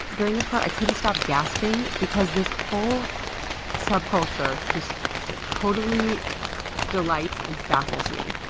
during this part, i couldn't stop gasping because this whole subculture just totally delights and baffles me.